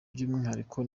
by’umwihariko